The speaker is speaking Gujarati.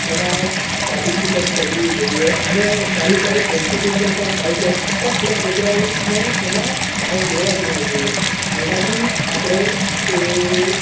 એમાં પાર્ટીસિપેટ કરવું જોઈએ અને સારી સારી કોમ્પિટિશન પણ થાય છે તો આપણા છોકરાઓને એમાં ભાગ લેવા દેવો જોઈએ જેનાથી આપણે એ